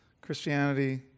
Christianity